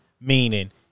Meaning